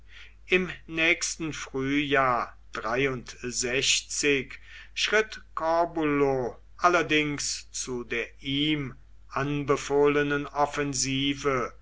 im nächsten frühjahr schritt corbulo allerdings zu der ihm anbefohlenen offensive